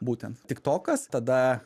būtent tiktokas tada